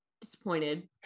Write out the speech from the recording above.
disappointed